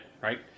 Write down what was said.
right